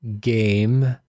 game